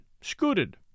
scooted